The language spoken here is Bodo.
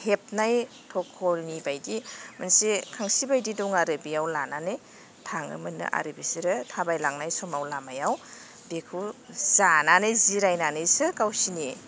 हेबनाय थकलनि बायदि मोनसे खांसि बायदि दं आरो बेयाव लानानै थाङोमोन नो आरो बिसोरो थाबाय लांनाय समाव लामायाव बेखौ जानानै जिरायनानैसो गावसिनि